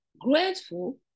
grateful